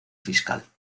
fiscal